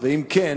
2. אם כן,